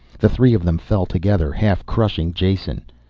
the three of them fell together, half crushing jason.